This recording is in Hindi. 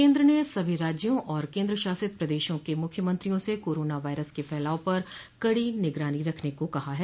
केन्द्र ने सभी राज्यों और केन्द्रशासित प्रदेशों के मुख्यमंत्रियों से कोरोना वायरस के फैलाव पर कड़ी निगरानी रखने को कहा है